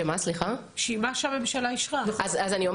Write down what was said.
הוא לא